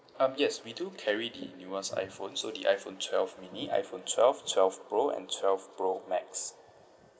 um yes we do carry the newest iphone so the iphone twelve mini iphone twelve twelve pro and twelve pro max